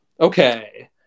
Okay